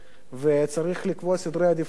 וצריך לקבוע סדרי עדיפויות,